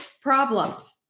problems